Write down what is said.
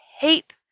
heap